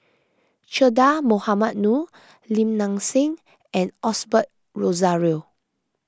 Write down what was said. Che Dah Mohamed Noor Lim Nang Seng and Osbert Rozario